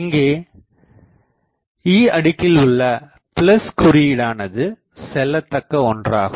இங்கே e அடுக்கில் உள்ள குறியீடானது செல்லத்தக்க ஒன்றாகும்